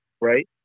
right